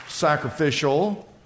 sacrificial